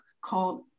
called